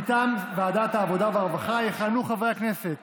מטעם ועדת העבודה והרווחה יכהנו חברי הכנסת